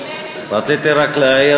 רציתי רק להעיר